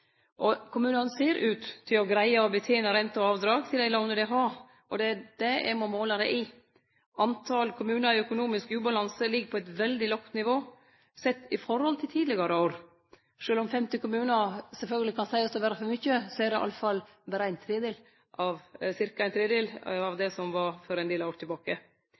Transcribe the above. Kommunane ser ut til å greie å betene renter og avdrag på dei låna dei har. Det er det me må måle det i. Talet på kommunar i økonomisk ubalanse ligg på eit veldig lågt nivå sett i forhold til tidlegare år. Sjølv om 50 kommunar sjølvsagt kan seiast å vere for mykje, er det iallfall berre ca. ein tredel av det som var for ein del år tilbake.